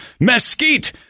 mesquite